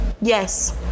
yes